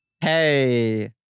Hey